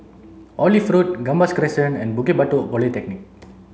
Olive Road Gambas Crescent and Bukit Batok Polyclinic